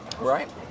right